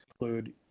include